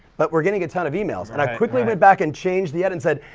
but we're getting a ton of emails and i quickly went back and changed the ad and said,